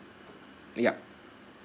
yup